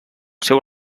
seu